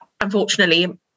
unfortunately